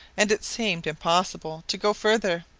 and it seemed impossible to go farther.